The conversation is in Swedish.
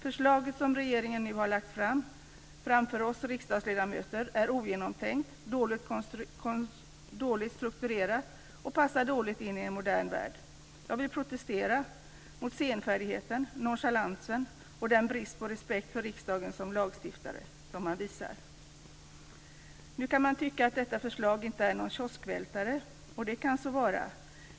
Förslaget, som regeringen nu har lagt fram för oss riksdagsledamöter, är ogenomtänkt, dåligt strukturerat och passar dåligt in i en modern värld. Jag vill protestera mot senfärdigheten, nonchalansen och den brist på respekt för riksdagen som lagstiftare som man visar. Nu kan man tycka att detta förslag inte är någon kioskvältare. Det kan så vara.